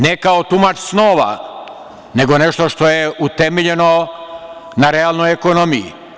Ne kao tumač snova, nego nešto što je utemeljeno na realnoj ekonomiji.